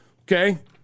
Okay